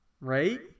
Right